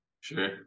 Sure